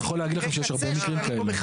אני יכול להגיד לכם שיש הרבה מקרים כאלה.